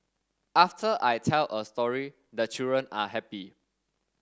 after I tell a story the children are happy